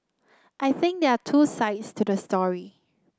I think there are two sides to the story